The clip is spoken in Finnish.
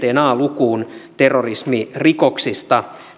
a lukuun terrorismirikoksista